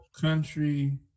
country